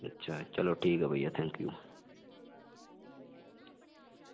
अच्छा ठीक ऐ चलो भी ठीक ऐ